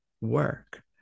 work